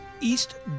East